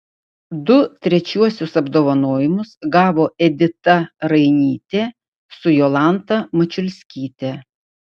du trečiuosius apdovanojimus gavo edita rainytė su jolanta mačiulskyte